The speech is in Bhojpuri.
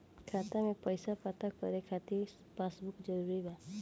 खाता में पईसा पता करे के खातिर पासबुक जरूरी बा?